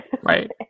Right